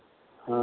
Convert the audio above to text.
हँ